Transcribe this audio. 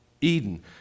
Eden